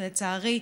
ולצערי,